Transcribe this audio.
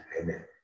Amen